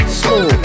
slow